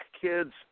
kids